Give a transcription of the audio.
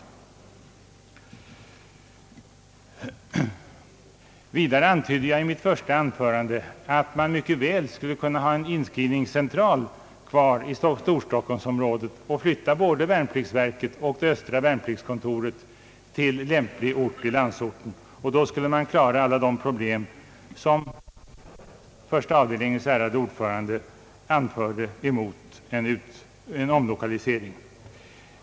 Vidare antydde jag i mitt första anförande att man mycket väl skulle kunna ha en inskrivningscentral kvar för storstockholmsområdet och flytta både värnpliktsverket och östra värnpliktskontoret till lämpligt ställe i landsorten. Då skulle man klara alla de svårigheter som första avdelningens ärade ordförande anförde som skäl mot en omlokalisering.